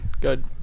Good